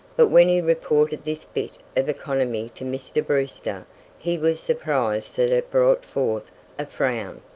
but when he reported this bit of economy to mr. brewster he was surprised that it brought forth a frown.